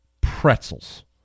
Pretzels